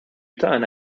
tagħna